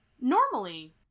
Normally